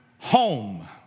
Home